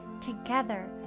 Together